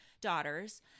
daughters